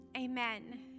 amen